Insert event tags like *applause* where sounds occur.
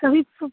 सही *unintelligible*